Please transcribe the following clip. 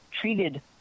treated